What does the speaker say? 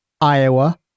Iowa